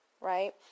right